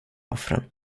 offren